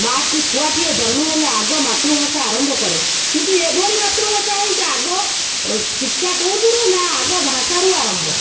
ମାଆଟିଏ ଛୁଆଟିଏ ଜନ୍ମ ହେଲେ ଆଗ ମାତୃଭାଷା ଆରମ୍ଭ କରେ କିନ୍ତୁ ଏଭଳି ମାତୃଭାଷା ହେଇଛେ ଆଗ ଶିକ୍ଷା କୁହନ୍ତୁ ରୁ ନା ଆଗ ଭାଷାରୁ ଆରମ୍ଭ